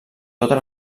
totes